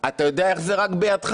אתה יודע איך זה רק בידך?